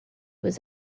was